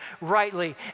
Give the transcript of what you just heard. rightly